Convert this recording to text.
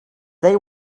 they